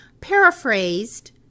Paraphrased